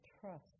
trust